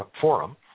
Forum